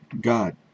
god